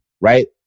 right